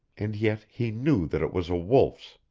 and yet he knew that it was a wolf's.